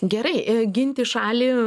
gerai ginti šalį